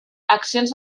accions